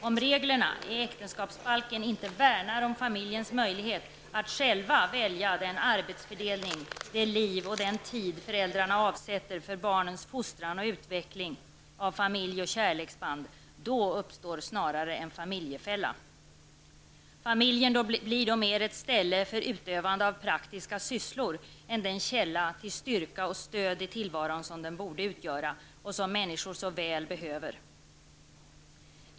Om reglerna i äktenskapsbalken inte värnar om familjens möjligheter att själv välja den arbetsfördelning, det liv och den tid föräldrarna avsätter för barnens fostran och för utvecklingen av familjeband och kärleksband, då uppstår snarare en familjefälla. Familjen blir då mer ett ställe för utövande av praktiska sysslor än den källa till styrka och stöd i tillvaron som den borde utgöra och som människor så väl behöver.